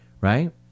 right